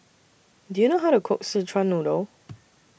Do YOU know How to Cook Szechuan Noodle